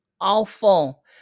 awful